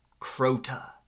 Crota